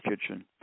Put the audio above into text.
Kitchen